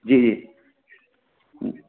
जी जी